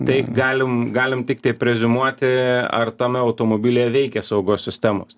tai galim galim tiktai preziumuoti ar tame automobilyje veikia saugos sistemos